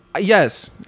Yes